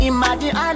Imagine